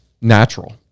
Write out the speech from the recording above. natural